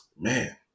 man